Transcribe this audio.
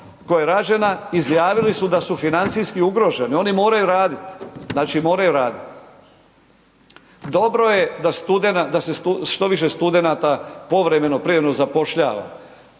koja je rađena, izjavili su da su financijski ugroženi. Oni moraju raditi. Znači moraju raditi. Dobro je da se što više studenata povremeno privremeno zapošljava.